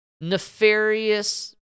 nefarious